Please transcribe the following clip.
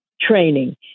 training